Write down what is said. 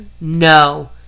no